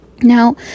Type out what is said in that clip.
Now